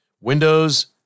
Windows